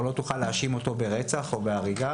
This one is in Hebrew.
לא תוכל להאשים אותו ברצח או בהריגה,